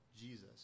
Jesus